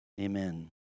amen